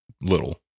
little